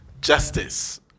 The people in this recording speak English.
Justice